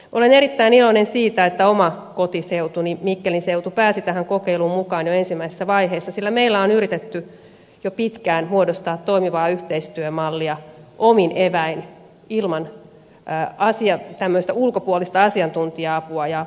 olen erittäin iloinen siitä että oma kotiseutuni mikkelin seutu pääsi tähän kokeiluun mukaan jo ensimmäisessä vaiheessa sillä meillä on yritetty jo pitkään muodostaa toimivaa yhteistyömallia omin eväin ilman ulkopuolista asiantuntija apua onnistumatta siinä